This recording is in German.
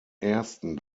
ersten